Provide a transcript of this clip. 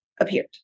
appeared